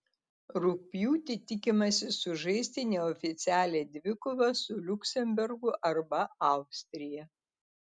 rugpjūtį tikimasi sužaisti neoficialią dvikovą su liuksemburgu arba austrija